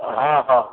हा हा